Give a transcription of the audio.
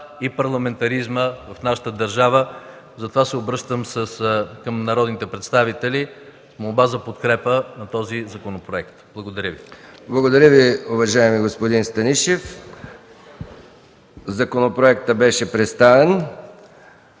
и парламентаризма в нашата държава. Затова се обръщам към народните представители с молба за подкрепа на този законопроект. Благодаря Ви. ПРЕДСЕДАТЕЛ МИХАИЛ МИКОВ: Благодаря Ви, уважаеми господин Станишев. Законопроектът беше представен.